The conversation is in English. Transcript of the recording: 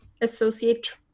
associate